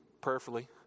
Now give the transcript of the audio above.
prayerfully